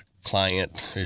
Client